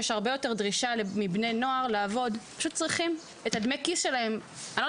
שהדרישה מצד מבני נוער לעבודה היא יותר גבוהה כי